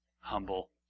humble